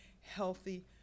healthy